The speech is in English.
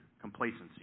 complacency